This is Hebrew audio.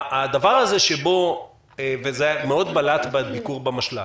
הדבר הזה שבו, וזה מאוד בלט בביקור במשל"ט.